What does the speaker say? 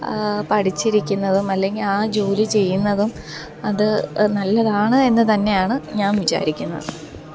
പഠിച്ചിരിക്കുന്നതും അല്ലെങ്കില് ആ ജോലി ചെയ്യുന്നതും അത് നല്ലതാണ് എന്ന് തന്നെയാണ് ഞാന് വിചാരിക്കുന്നത്